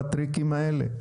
בטריקים האלה,